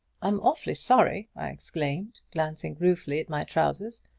i'm awfully sorry! i exclaimed, glancing ruefully at my trousers.